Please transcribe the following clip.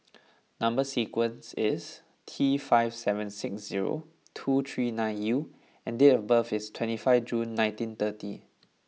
number sequence is T five seven six zero two three nine U and date of birth is twenty five June nineteen thirty